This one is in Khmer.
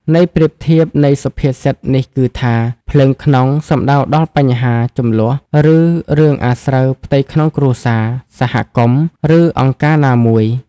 ន័យប្រៀបធៀបនៃសុភាសិតនេះគឺថា ភ្លើងក្នុង សំដៅដល់បញ្ហា ជម្លោះ ឬរឿងអាស្រូវផ្ទៃក្នុងគ្រួសារ សហគមន៍ ឬអង្គការណាមួយ។